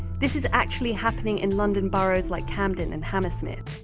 this is actually happening in london boroughs like camden and hammersmith.